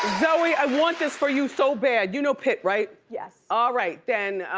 zoe, i want this for you so bad. you know pitt, right? yes. all right then,